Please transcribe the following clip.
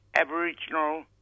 aboriginal